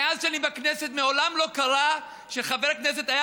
מאז שאני בכנסת מעולם לא קרה שחבר כנסת היה